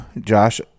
josh